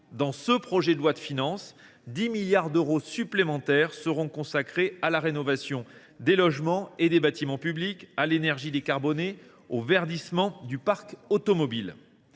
Dans ce projet de loi de finances, 10 milliards d’euros supplémentaires seront consacrés à la rénovation des logements et des bâtiments publics, à l’énergie décarbonée, au verdissement du parc automobile.